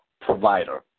provider